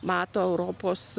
mato europos